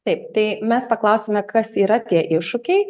taip tai mes paklausėme kas yra tie iššūkiai